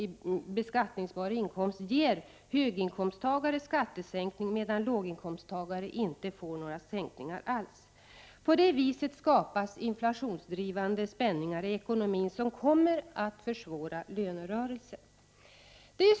i beskattningsbar inkomst ger höginkomsttagare skattesänkning medan låginkomsttagare inte får några sänkningar alls. På det viset skapas inflationsdrivande spänningar i ekonomin som kommer att försvåra lönerörelsen.